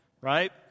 right